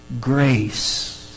grace